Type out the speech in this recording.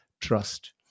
trust